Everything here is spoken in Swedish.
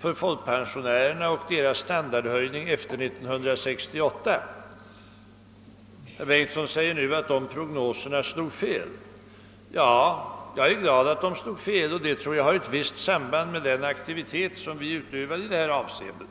för folkpensionärernas standardhöjning efter 1968. Herr Bengtsson i Varberg menar nu att dessa prognoser slog fel. Ja, jag är glad att de slog fel, och att de gjorde det tror jag har ett visst samband med den aktivitet som vi utövade i detta avseende.